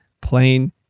plain